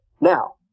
Now